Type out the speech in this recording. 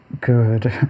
good